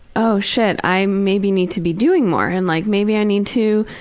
oh shit i maybe need to be doing more and like maybe i need to,